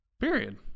Period